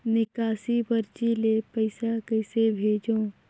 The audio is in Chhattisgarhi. निकासी परची ले पईसा कइसे भेजों?